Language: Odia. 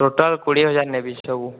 ଟୋଟାଲ୍ କୋଡ଼ିଏ ହଜାର ନେବି ସବୁ